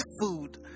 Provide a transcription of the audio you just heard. food